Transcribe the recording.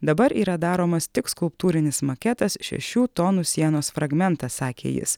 dabar yra daromas tik skulptūrinis maketas šešių tonų sienos fragmentas sakė jis